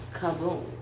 kaboom